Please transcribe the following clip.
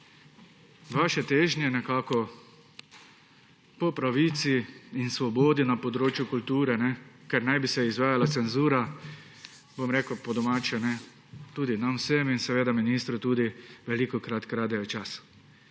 Vaše težnje po pravici in svobodi na področju kulture, ker naj bi se izvajala cenzura, bom rekel po domače, vsem nam in seveda tudi ministru velikokrat kradejo čas.